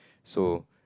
so